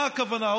מה הכוונה?